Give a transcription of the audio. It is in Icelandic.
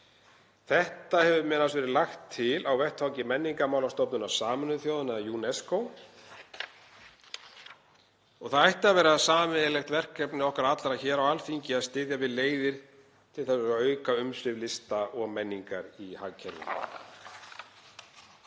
Þetta hefur m.a. verið lagt til á vettvangi Menningarmálastofnunar Sameinuðu þjóðanna, UNESCO. Það ætti að vera sameiginlegt verkefni okkar allra á Alþingi að styðja við leiðir til að auka umsvif lista og menningar í hagkerfinu.